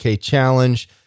challenge